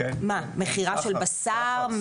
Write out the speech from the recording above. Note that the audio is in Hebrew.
מה, מכירה של בשר?